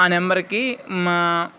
ఆ నెంబర్కి మా